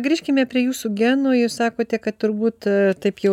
grįžkime prie jūsų genų jūs sakote kad turbūt taip jau